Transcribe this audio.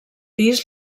pis